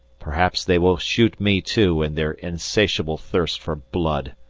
perhaps they will shoot me too, in their insatiable thirst for blood.